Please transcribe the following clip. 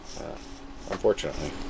Unfortunately